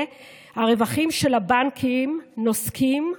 הרווחים של הבנקים נוסקים,